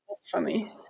funny